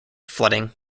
flooding